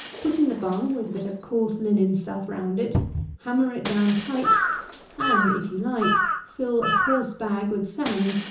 put in the bung, with a bit of coarse linen stuff round it hammer it down tight and, if you like, fill a coarse bag with sand,